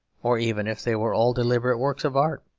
or even if they were all deliberate works of art.